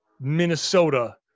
Minnesota